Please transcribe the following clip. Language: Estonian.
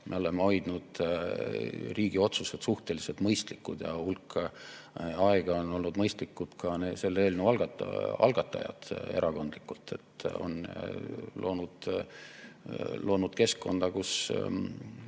Me oleme hoidnud riigi otsused suhteliselt mõistlikud ja hulk aega on olnud mõistlikud ka selle eelnõu algatajad erakondlikult. On loonud keskkonda, kus